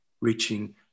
reaching